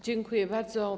Dziękuję bardzo.